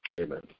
Amen